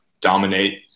dominate